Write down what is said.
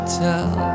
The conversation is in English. tell